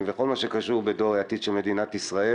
וכל מה שקשור בדור העתיד של מדינת ישראל.